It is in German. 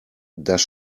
das